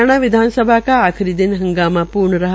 हरियाणा विधानसभा का आखिरी दिन हंगामापुर्ण रहा